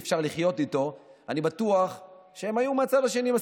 לוקחים את הספר ועולים לישיבה,